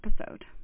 episode